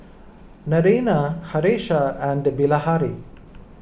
Naraina Haresh and Bilahari